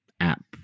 app